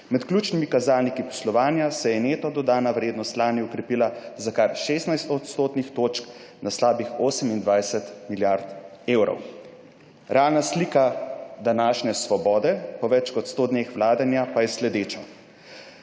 Med ključnimi kazalniki poslovanja se je neto dodana vrednost lani okrepila za kar 16 odstotnih točk, na slabih 28 milijard evrov.« Realna slika današnje Svobode po več kot 100 dneh vladanja pa je sledeča: